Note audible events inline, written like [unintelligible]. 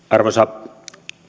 [unintelligible] arvoisa